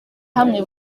hamwe